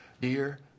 Dear